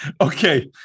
Okay